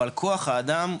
אבל כוח האדם,